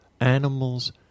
Animals